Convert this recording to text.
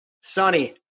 Sonny